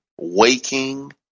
waking